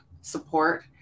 support